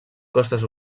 costes